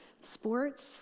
Sports